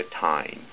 time